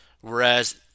whereas